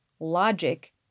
logic